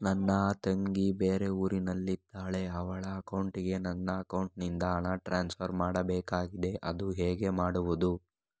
ನನ್ನ ತಂಗಿ ಬೇರೆ ಊರಿನಲ್ಲಿದಾಳೆ, ಅವಳ ಅಕೌಂಟಿಗೆ ನನ್ನ ಅಕೌಂಟಿನಿಂದ ಹಣ ಟ್ರಾನ್ಸ್ಫರ್ ಮಾಡ್ಬೇಕಾಗಿದೆ, ಅದು ಹೇಗೆ ಮಾಡುವುದು?